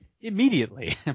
immediately